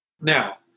Now